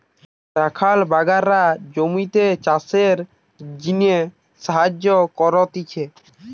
রাখাল বাগলরা জমিতে চাষের জিনে সাহায্য করতিছে